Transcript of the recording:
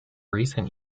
recent